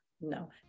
no